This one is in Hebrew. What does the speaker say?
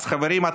אז חברים,